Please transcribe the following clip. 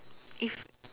if